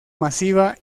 masiva